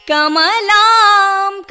Kamalam